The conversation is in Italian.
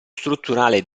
strutturale